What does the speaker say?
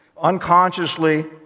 Unconsciously